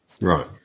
Right